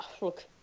look